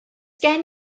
gen